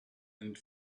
and